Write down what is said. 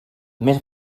més